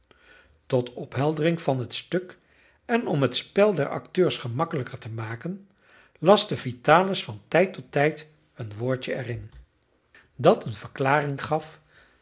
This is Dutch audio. tot opheldering van het stuk en om het spel der acteurs gemakkelijker te maken laschte vitalis van tijd tot tijd een woordje er in dat een verklaring gaf